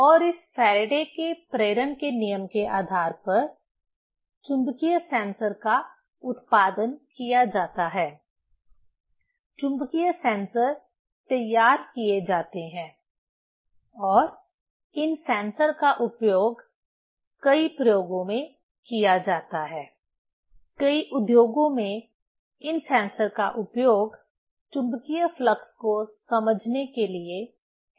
और इस फैराडे के प्रेरण के नियम Faraday's law of induction के आधार पर चुंबकीय सेंसर का उत्पादन किया जाता है चुंबकीय सेंसर तैयार किए जाते हैं और इन सेंसर का उपयोग कई प्रयोगों में किया जाता है कई उद्योगों में इन सेंसर का उपयोग चुंबकीय फ्लक्स को समझने के लिए किया जाता है